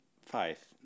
Five